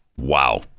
Wow